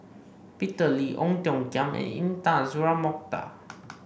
Peter Lee Ong Tiong Khiam and Intan Azura Mokhtar